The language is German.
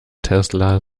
tesla